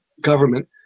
Government